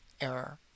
error